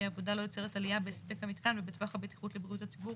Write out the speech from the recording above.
העבודה לא יוצרת עלייה בהספק המיתקן ובטווח הבטיחות לבריאות הציבור